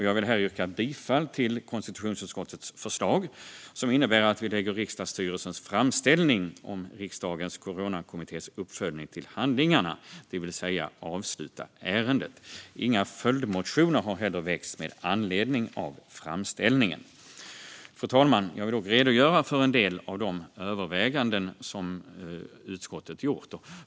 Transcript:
Jag yrkar bifall till konstitutionsutskottets förslag, som innebär att vi lägger riksdagsstyrelsens framställning om Riksdagens coronakommittés uppföljning till handlingarna, det vill säga avslutar ärendet. Inga följdmotioner har väckts med anledning av framställningen. Fru talman! Jag vill dock redogöra för en del av de överväganden som utskottet gjort.